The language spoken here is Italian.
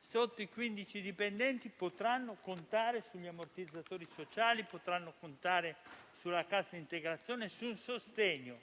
sotto i 15 dipendenti potranno contare sugli ammortizzatori sociali, sulla cassa integrazione, sul sostegno